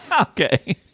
Okay